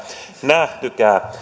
nähtykään